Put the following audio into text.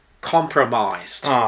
compromised